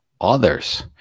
others